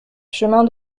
chemin